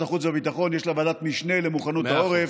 החוץ והביטחון יש ועדת משנה למוכנות העורף.